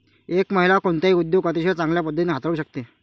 एक महिला कोणताही उद्योग अतिशय चांगल्या पद्धतीने हाताळू शकते